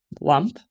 lump